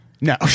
No